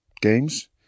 games